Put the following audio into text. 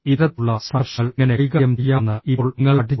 ഇത്തരത്തിലുള്ള സംഘർഷങ്ങൾ എങ്ങനെ കൈകാര്യം ചെയ്യാമെന്ന് ഇപ്പോൾ നിങ്ങൾ പഠിച്ചു